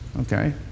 Okay